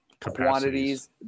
quantities